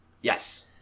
Yes